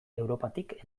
europatik